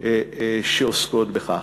שעוסקות בכך.